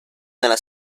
nella